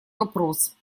вопрос